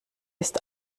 ist